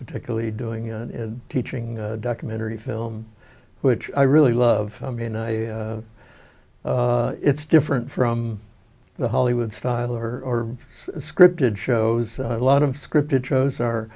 particularly doing it in teaching documentary film which i really love i mean i it's different from the hollywood style or scripted shows a lot of scripted shows are